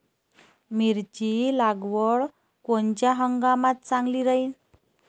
मिरची लागवड कोनच्या हंगामात चांगली राहीन?